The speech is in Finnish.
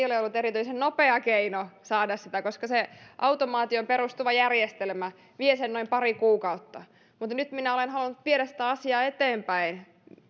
ole ollut erityisen nopea keino saada sitä koska se automaatioon perustuva järjestelmä vie sen noin pari kuukautta mutta nyt minä olen halunnut viedä sitä asiaa eteenpäin